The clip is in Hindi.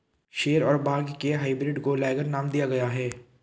शेर और बाघ के हाइब्रिड को लाइगर नाम दिया गया है